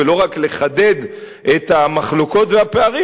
ולא רק לחדד את המחלוקות והפערים,